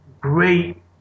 great